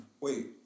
wait